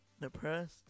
Depressed